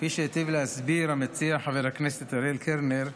כפי שהיטיב להסביר המציע, חבר הכנסת אריאל קלנר,